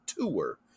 tour